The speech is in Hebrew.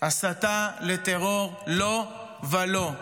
הסתה לטרור, לא ולא.